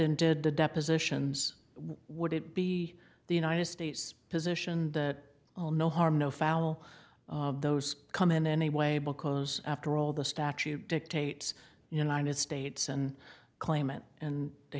and did the depositions would it be the united states position that well no harm no foul those come in anyway because after all the statute dictates united states and claimant and the